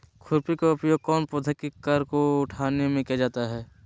खुरपी का उपयोग कौन पौधे की कर को उठाने में किया जाता है?